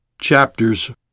chapters